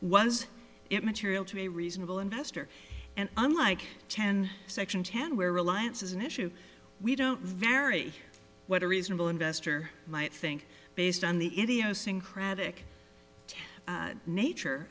was immaterial to a reasonable investor and unlike ten section ten where reliance is an issue we don't vary what a reasonable investor might think based on the idiosyncratic nature